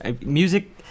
Music